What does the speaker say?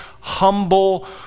humble